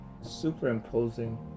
superimposing